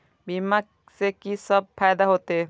बीमा से की सब फायदा होते?